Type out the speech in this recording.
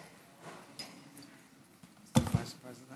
מכובדנו כבוד נשיא